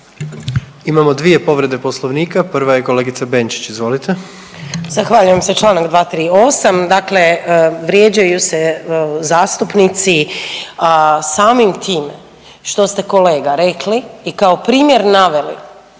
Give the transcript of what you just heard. Imamo dvije povrede Poslovnika, prva je kolegice Benčić, izvolite. **Benčić, Sandra (Možemo!)** Zahvaljujem se. Čl. 238, dakle vrijeđaju se zastupnici samim time što ste, kolega, rekli i kao primjer naveli